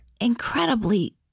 Incredibly